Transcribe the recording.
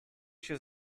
się